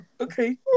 Okay